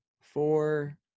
four